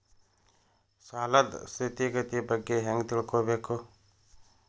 ಸಾಲದ್ ಸ್ಥಿತಿಗತಿ ಬಗ್ಗೆ ಹೆಂಗ್ ತಿಳ್ಕೊಬೇಕು?